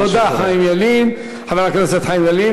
תודה, חבר הכנסת חיים ילין.